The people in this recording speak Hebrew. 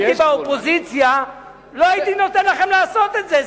מפני שאם הייתי באופוזיציה לא הייתי נותן לכם לעשות את זה.